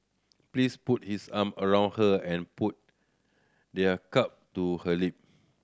please put his arm around her and put their cup to her lip